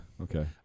Okay